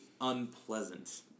unpleasant